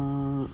err